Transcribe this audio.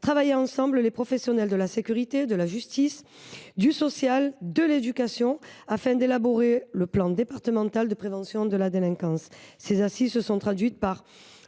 travailler ensemble les professionnels de la sécurité, de la justice, du social et de l’éducation, afin d’élaborer le plan départemental de prévention de la délinquance. Ces assises se sont traduites par